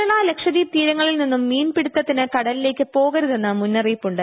കേരള ലക്ഷദ്വീപ് തീരങ്ങളിൽ നിന്നും മീൻപിടുത്തതിന് കടലിലേയ്ക്ക് പോകരുതെന്ന് മുന്നറിയിപ്പ് ഉണ്ട്